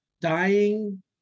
dying